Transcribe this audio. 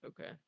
Okay